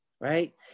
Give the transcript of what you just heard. right